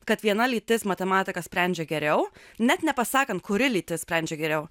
kad viena lytis matematiką sprendžia geriau net nepasakant kuri lytis sprendžia geriau